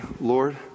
Lord